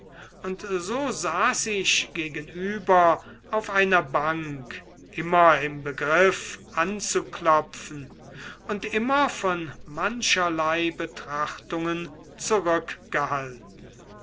und so saß ich gegenüber auf einer bank immer im begriff anzuklopfen und immer von mancherlei betrachtungen zurückgehalten